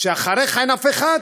אחריך אין אף אחד,